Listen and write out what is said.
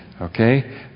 okay